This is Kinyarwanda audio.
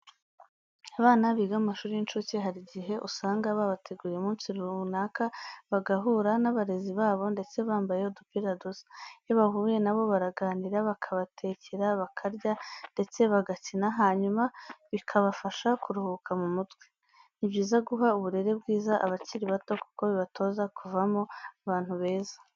Abana biga mu mashuri y'inshuke hari igihe usanga babataguriye umunsi runaka bagahura n'abarezi babo ndetse bambaye udupira dusa. Iyo bahuye na bo baraganira, bakabatekera, bakarya ndetse bagakina, hanyuma bikabafasha kuruhuka mu mutwe. Ni byiza guha uburere bwiza abakiri bato kuko bibatoza kuvamo abantu beza.